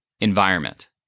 environment